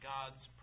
God's